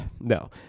no